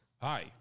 Hi